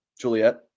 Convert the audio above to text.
Juliet